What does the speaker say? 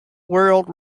world